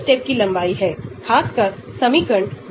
हम लंबे समय पहले पढ़ चुके हैं